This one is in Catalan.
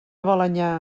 balenyà